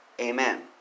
Amen